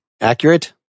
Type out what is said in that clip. accurate